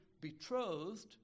betrothed